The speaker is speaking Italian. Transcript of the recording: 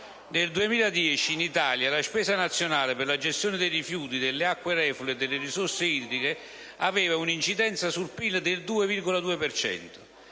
Nel 2010, in Italia, la spesa nazionale per la gestione dei rifiuti, delle acque reflue e delle risorse idriche aveva un'incidenza sul PIL del 2,2